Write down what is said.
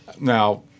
Now